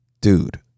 dude